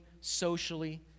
socially